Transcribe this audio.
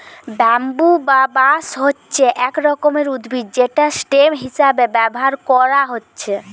bamboo বা বাঁশ হচ্ছে এক রকমের উদ্ভিদ যেটা স্টেম হিসাবে ব্যাভার কোরা হচ্ছে